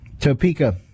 Topeka